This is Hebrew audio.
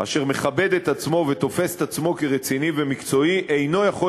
אשר מכבד את עצמו ותופס את עצמו כרציני ומקצועי אינו יכול